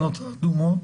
הוועדה.